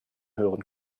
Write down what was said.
hören